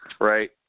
Right